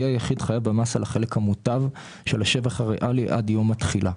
יהיה היחיד חייב במס על החלק המוטב של השבח הריאלי עד יום התחילה,